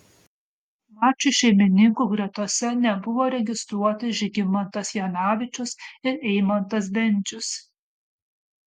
mačui šeimininkų gretose nebuvo registruoti žygimantas janavičius ir eimantas bendžius